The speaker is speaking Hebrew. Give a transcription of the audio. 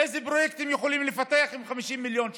איזה פרויקט הם יכולים לפתח עם 50 מיליון שקל?